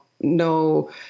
no